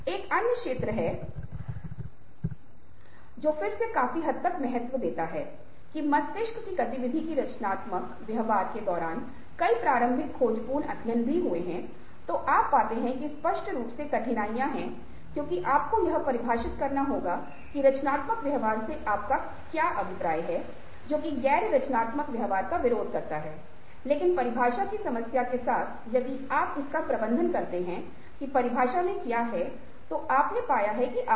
एक अन्य क्षेत्र है जो फिर से काफी हद तक महत्व है की मस्तिष्क की गतिविधि के रचनात्मक व्यवहार के दौरान कई प्रारंभिक खोजपूर्ण अध्ययन भी हुए हैं तो आप पाते हैं कि स्पष्ट रूप से कठिनाइयाँ हैं क्योंकि आपको यह परिभाषित करना होगा कि रचनात्मक व्यवहार से आपका क्या अभिप्राय है जो कि गैर रचनात्मक व्यवहार का विरोध करता है लेकिन परिभाषा की समस्या के साथ यदि आप इसका प्रबंधन करते हैं कि परिभाषा में क्या है तो आपने पाया है कि आप हैं